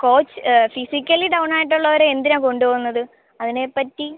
coach physically down ആയിട്ടുള്ളവരെ എന്തിനാണ് കൊണ്ടുപോകുന്നത് അതിനെ പറ്റി